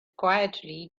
quietly